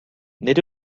nid